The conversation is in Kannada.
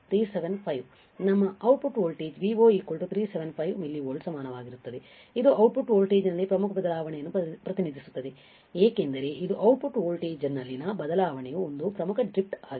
ಆದ್ದರಿಂದ ನಮ್ಮ ಔಟ್ಪುಟ್ ವೋಲ್ಟೇಜ್ Vo 375 millivolts ಸಮಾನವಾಗಿರುತ್ತದೆ ಇದು ಔಟ್ಪುಟ್ ವೋಲ್ಟೇಜ್ ನಲ್ಲಿ ಪ್ರಮುಖ ಬದಲಾವಣೆಯನ್ನು ಪ್ರತಿನಿಧಿಸುತ್ತದೆ ಏಕೆಂದರೆ ಇದು ಔಟ್ಪುಟ್ ವೋಲ್ಟೇಜ್ನಲ್ಲಿನ ಬದಲಾವಣೆಯು ಒಂದು ಪ್ರಮುಖ ಡ್ರಿಫ್ಟ್ ಆಗಿದೆ